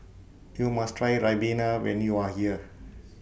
YOU must Try Ribena when YOU Are here